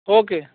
okay